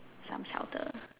some shelter